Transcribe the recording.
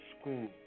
school